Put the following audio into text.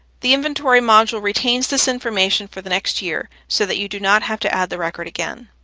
the inventory module retains this information for the next year so that you do not have to add the record again.